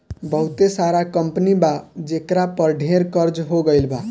बहुते सारा कंपनी बा जेकरा पर ढेर कर्ज हो गइल बा